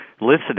listening